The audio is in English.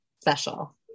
special